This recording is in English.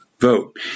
vote